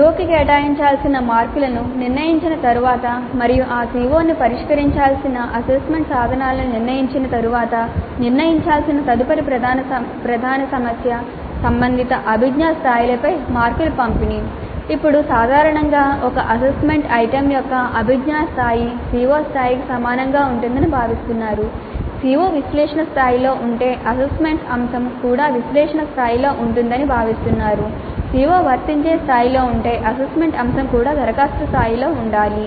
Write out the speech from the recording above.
CO కి కేటాయించాల్సిన మార్కులను నిర్ణయించిన తరువాత మరియు ఆ CO ను పరిష్కరించాల్సిన అసెస్మెంట్ సాధనాలను నిర్ణయించిన తరువాత నిర్ణయించాల్సిన తదుపరి ప్రధాన సమస్య సంబంధిత అభిజ్ఞా స్థాయిలలో ఉండాలి